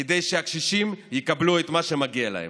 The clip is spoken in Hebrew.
כדי שהקשישים יקבלו את מה שמגיע להם.